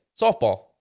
softball